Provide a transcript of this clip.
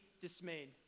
dismayed